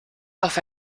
auf